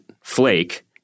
flake